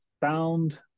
found